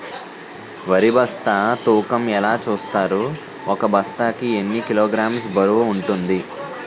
వరి బస్తా తూకం ఎలా చూస్తారు? ఒక బస్తా కి ఎన్ని కిలోగ్రామ్స్ బరువు వుంటుంది?